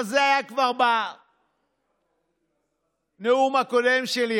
אבל זה היה כבר בנאום הקודם שלי,